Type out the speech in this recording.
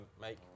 make